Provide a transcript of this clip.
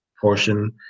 portion